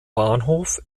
bahnhof